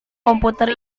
komputer